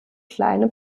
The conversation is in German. kleine